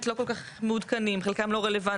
לא כל כך מעודכנים וחלקם לא רלוונטיים,